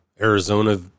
Arizona